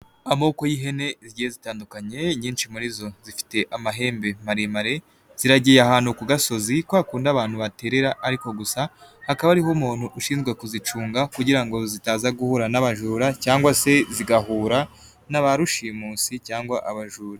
Amoko y'ihene zigiye zitandukanye. Inyinshi muri zo zifite amahembe maremare. Ziragiye ahantu ku gasozi kwa kundi abantu baterera ariko gusa hakaba hari umuntu ushinzwe kuzicunga kugira ngo zitaza guhura n'abajura cyangwa se zigahura n'aba rushimusi cyangwa abajura.